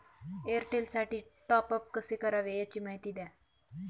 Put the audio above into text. एअरटेलसाठी टॉपअप कसे करावे? याची माहिती द्या